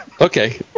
Okay